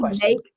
make